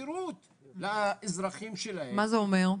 במקום שיבואו וידפקו על השולחן ויגידו: זו התוכנית וככה צריך לעשות,